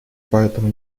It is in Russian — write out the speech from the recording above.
поэтому